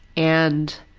and